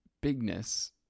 bigness